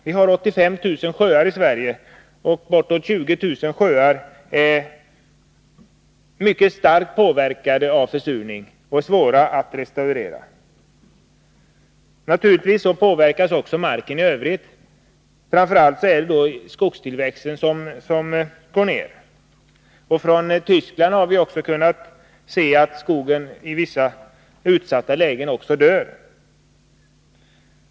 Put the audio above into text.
Vi har 85 000 sjöar i Sverige, och bortåt 20 000 av dessa är mycket starkt påverkade av försurning och svåra att restaurera. Naturligtvis påverkas också marken i övrigt. Framför allt är det skogstillväxten som minskar. I Tyskland har man kunnat se att skogen i vissa utsatta lägen också dör.